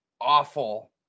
awful